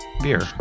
beer